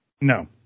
No